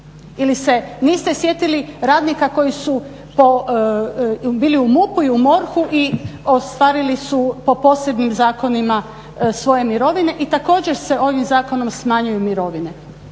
niste sjetili radnika koji su bili u MUP-u i u MORH-u i ostvarili su po posebnim zakonima svoje mirovine i također se ovim zakonom smanjuju mirovine.